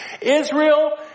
Israel